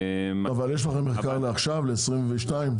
יש לכם מחקר לעכשיו, ל- 2021-2022?